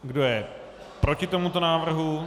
Kdo je proti tomuto návrhu?